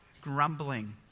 grumbling